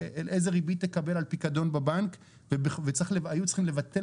איזה ריבית תקבל על פיקדון בבנק והיו צריכים לבטל